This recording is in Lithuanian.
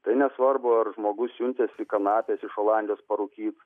tai nesvarbu ar žmogus siuntėsi kanapės iš olandijos parūkyt